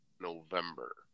November